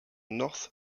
north